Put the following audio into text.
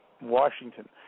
Washington